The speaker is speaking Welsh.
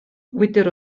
wydr